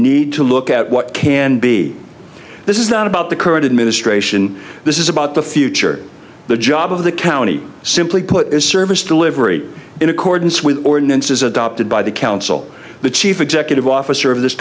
need to look at what can be this is not about the current administration this is about the future the job of the county simply put is service delivery in accordance with ordinances adopted by the council the chief executive officer of this